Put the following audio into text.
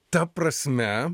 ta prasme